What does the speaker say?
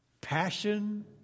passion